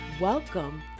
Welcome